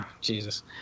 Jesus